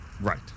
Right